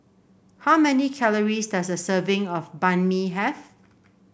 how many calories does a serving of Banh Mi have